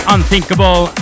Unthinkable